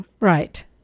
Right